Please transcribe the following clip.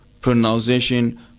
pronunciation